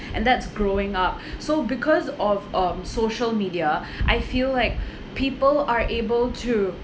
and that's growing up so because of um social media I feel like people are able to